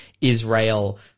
Israel